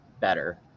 better